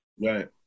right